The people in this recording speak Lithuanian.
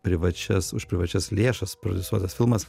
privačias už privačias lėšas prodiusuotas filmas